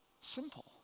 Simple